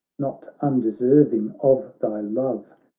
not undeserving of thy love,